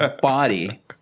body